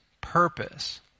purpose